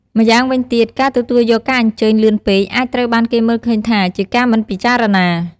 ម្យ៉ាងវិញទៀត ការទទួលយកការអញ្ជើញលឿនពេកអាចត្រូវបានគេមើលឃើញថាជាការមិនពិចារណា។